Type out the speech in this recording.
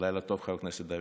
לילה טוב, חבר הכנסת דוידסון,